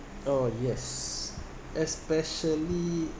oh yes especially